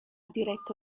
diretto